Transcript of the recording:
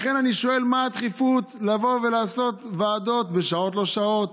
לכן אני שואל: מה הדחיפות לבוא ולעשות ועדות בשעות-לא-שעות,